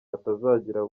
hatazagira